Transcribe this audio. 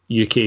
UK